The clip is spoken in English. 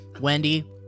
Wendy